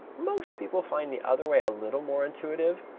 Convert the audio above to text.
most people find the other way a little more intuitive,